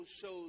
shows